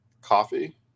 coffee